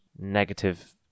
negative